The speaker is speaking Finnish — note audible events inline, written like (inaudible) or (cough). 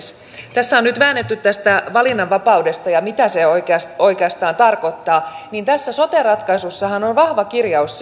tässä on nyt väännetty tästä valinnanvapaudesta ja siitä mitä se oikeastaan tarkoittaa tässä sote ratkaisussahan on vahva kirjaus (unintelligible)